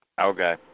Okay